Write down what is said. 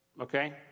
okay